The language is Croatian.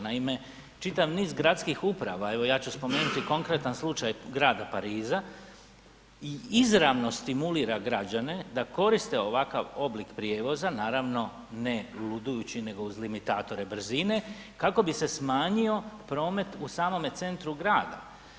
Naime, čitav niz gradskih uprava evo ja ću spomenuti konkretan slučaj grada Pariza i izravno stimulira građane da koriste ovakav oblik prijevoza naravno ne ludujući nego uz limitatore brzine kako bi se smanjio promet u samome centru grada.